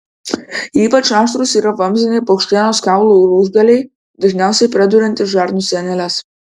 ypač aštrūs yra vamzdiniai paukštienos kaulų lūžgaliai dažniausiai praduriantys žarnų sieneles